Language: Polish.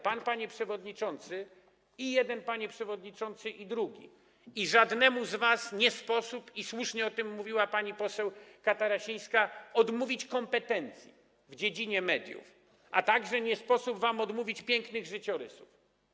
Panowie przewodniczący, i jednemu panu przewodniczącemu, i drugiemu, żadnemu z was nie sposób, i słusznie o tym mówiła pani poseł Katarasińska, odmówić kompetencji w dziedzinie mediów, a także nie sposób wam odmówić pięknych życiorysów.